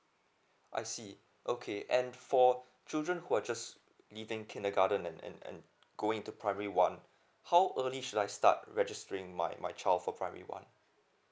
I see okay and for children who are just needing kindergarten and and and going to primary one how early should I start registering my my child for primary one